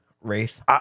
Wraith